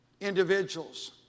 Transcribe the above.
individuals